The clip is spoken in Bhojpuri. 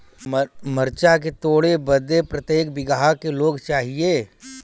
मरचा के तोड़ बदे प्रत्येक बिगहा क लोग चाहिए?